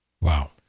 Wow